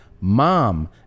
MOM